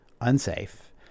unsafe